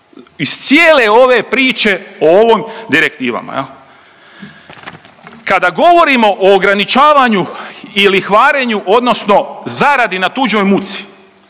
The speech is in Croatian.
iz cijele ove priče o ovim direktivama. Kada govorimo o ograničavanju i lihvarenju odnosno zaradi na tuđoj muci,